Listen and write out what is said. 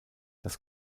das